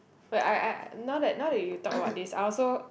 wait I I now that now that you talk about this I also